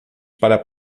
para